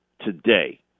today